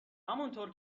همونطور